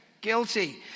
guilty